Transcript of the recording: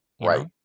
Right